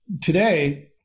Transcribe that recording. today